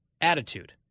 attitude